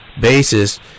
basis